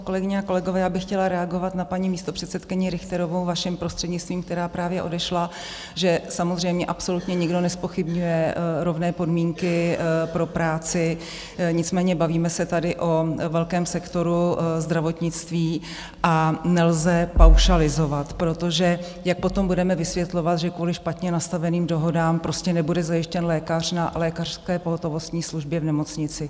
Kolegyně a kolegové, já bych chtěla reagovat na paní místopředsedkyni Richterovou, vaším prostřednictvím, která právě odešla, že samozřejmě absolutně nikdo nezpochybňuje rovné podmínky pro práci, nicméně bavíme se tady o velkém sektoru zdravotnictví a nelze paušalizovat, protože jak potom budeme vysvětlovat, že kvůli špatně nastaveným dohodám nebude zajištěn lékař na lékařské pohotovostní službě v nemocnici?